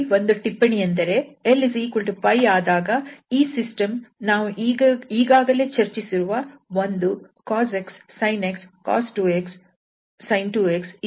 ಇಲ್ಲಿ ಒಂದು ಟಿಪ್ಪಣಿಯೆಂದರೆ 𝑙 𝜋 ಆದಾಗ ಈ ಸಿಸ್ಟಮ್ ನಾವು ಈಗಾಗಲೇ ಚರ್ಚಿಸಿರುವ 1 cos 𝑥 sin 𝑥 sin 2𝑥